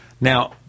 Now